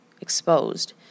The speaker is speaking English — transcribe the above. exposed